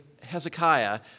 Hezekiah